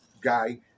guy